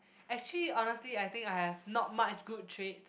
actually honestly I think I have not much good traits